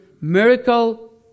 miracle